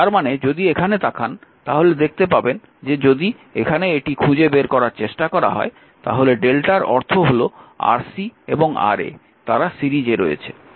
তার মানে যদি এখানে তাকান তাহলে দেখতে পাবেন যে যদি এখানে এটি খুঁজে বের করার চেষ্টা করা হয় তাহলে Δ এর অর্থ হল Rc এবং Ra তারা সিরিজে রয়েছে